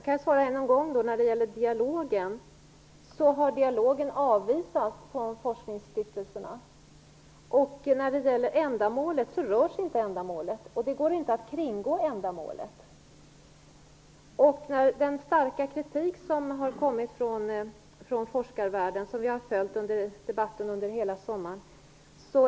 Herr talman! Forskningsstiftelserna har avvisat en dialog. Ändamålet rörs inte, och det går inte att kringgå ändamålet. I debatten under hela sommaren har vi följt den starka kritiken från forskarvärlden.